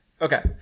Okay